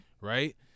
right